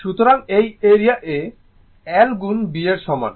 সুতরাং এই area A 'l' গুণ 'b' এর সমান